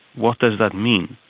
what does that mean.